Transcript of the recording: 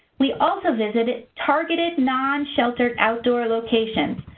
we also visit targeted non-sheltered outdoor locations,